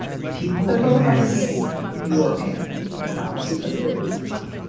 people aren't being your parents and not because they're boomers.